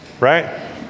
right